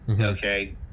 Okay